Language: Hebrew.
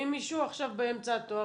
ואם מישהו עכשיו באמצע התואר?